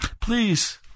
Please